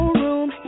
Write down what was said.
room